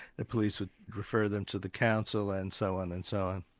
the police would refer them to the council and so on and so on.